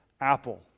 apple